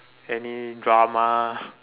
any drama